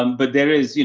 um but there is, you